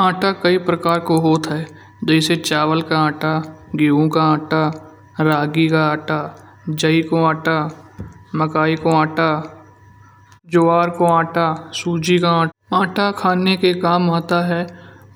आटा कई प्रकार को होता है जैसे चावल का आटा, गेहूं का आटा, रागी का आटा, जई को आटा, मकई को आटा, ज्वार को आटा, सूजी का आटा। आटा खाने के काम आता है